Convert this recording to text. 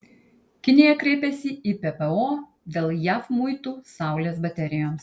kinija kreipėsi į ppo dėl jav muitų saulės baterijoms